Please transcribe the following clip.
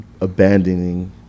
abandoning